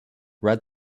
red